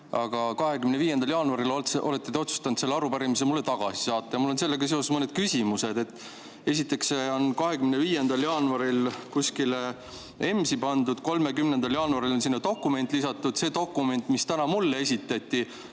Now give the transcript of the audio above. aga 25. jaanuaril otsustasite selle arupärimise mulle tagasi saata. Mul on sellega seoses mõned küsimused. Esiteks on see 25. jaanuaril kuskile EMS-i pandud, 30. jaanuaril on sinna dokument lisatud. Sellele dokumendile, mis täna mulle esitati,